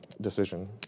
decision